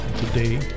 Today